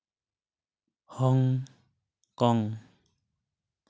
ᱦᱚᱝ ᱠᱚᱝ